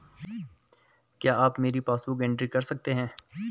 क्या आप मेरी पासबुक बुक एंट्री कर सकते हैं?